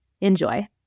Enjoy